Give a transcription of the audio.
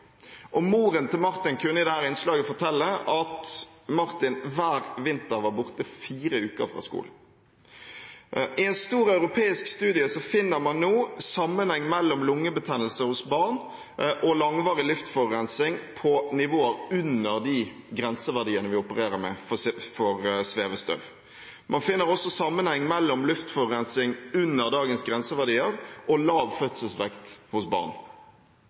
Moren til Martin kunne i dette innslaget fortelle at Martin hver vinter var borte fra skolen fire uker. I en stor europeisk studie finner man nå sammenheng mellom lungebetennelse hos barn og langvarig luftforurensing på nivåer under de grenseverdiene vi opererer med for svevestøv. Man finner også sammenheng mellom luftforurensning under dagens grenseverdier og lav fødselsvekt hos barn.